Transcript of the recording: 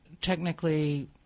technically